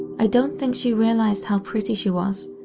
i don't think she realized how pretty she was,